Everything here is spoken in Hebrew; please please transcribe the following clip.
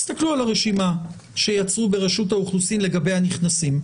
תסתכלו על הרשימה שיצרו ברשות האוכלוסין לגבי הנכנסים,